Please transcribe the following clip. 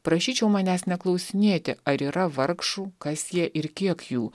prašyčiau manęs neklausinėti ar yra vargšų kas jie ir kiek jų